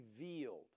revealed